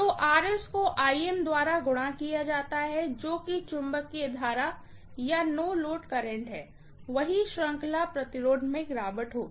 तो को द्वारा गुणा किया जाता है जो भी मैग्नेटाज़िंग करंट या नो लोड करंट है वही सीरीज रेजिस्टेंस में गिरावट होगी